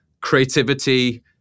creativity